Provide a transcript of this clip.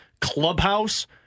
clubhouse